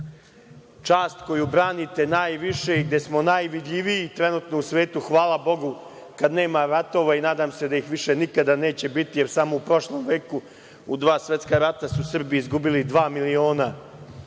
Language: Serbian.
koju branite najviše i gde smo najvidljiviji trenutno u svetu, hvala Bogu kada nema ratova i nadam se da ih više nikada neće biti jer samo u prošlom veku u dva svetska rata su Srbi izgubili dva miliona